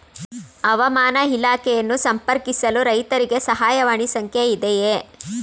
ಹವಾಮಾನ ಇಲಾಖೆಯನ್ನು ಸಂಪರ್ಕಿಸಲು ರೈತರಿಗೆ ಸಹಾಯವಾಣಿ ಸಂಖ್ಯೆ ಇದೆಯೇ?